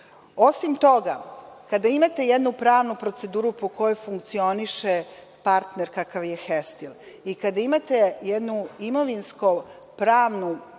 toga, kada imate jednu pravnu proceduru po kojoj funkcioniše partner kakav je „Hestil“ i kada imate jedno imovinsko-pravno